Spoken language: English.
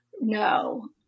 No